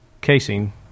casing